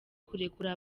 kurekura